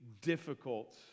difficult